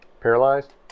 Paralyzed